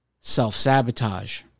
Self-sabotage